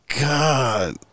God